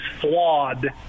flawed